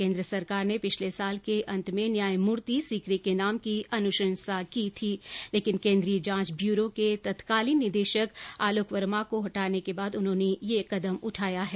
केन्द्र सरकार ने पिछले साल के अंत में न्यायमूर्ति सिकरी के नाम की अनुशंसा की थी लेकिन केंद्रीय जांच ब्यूरो सीबीआई के तत्कालीन निदेशक आलोक वर्मा को हटाने बाद उन्होंने यह कदम उठाया है